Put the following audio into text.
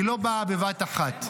היא לא באה בבת אחת,